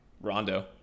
Rondo